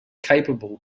capable